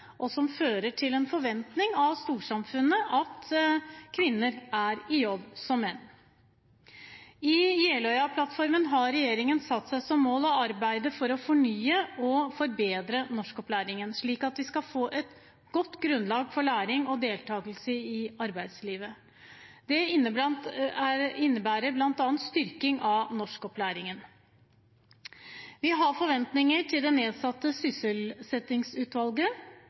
og som fører til en forventning fra storsamfunnet om at kvinner – som menn – er i jobb. I Jeløya-plattformen har regjeringen satt seg som mål å arbeide for å fornye og forbedre norskopplæringen, slik at vi skal få et godt grunnlag for læring og deltakelse i arbeidslivet. Det innebærer bl.a. styrking av norskopplæringen. Vi har forventninger til det nedsatte sysselsettingsutvalget,